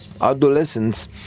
adolescents